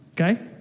okay